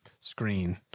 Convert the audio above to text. screen